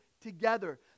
together